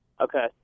Okay